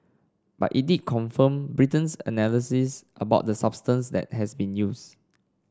but it did confirm Britain's analysis about the substance that has been used